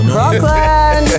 Brooklyn